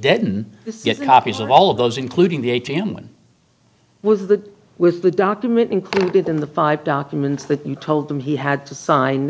didn't get copies of all of those including the a t m when was that with the document included in the five documents that told them he had to sign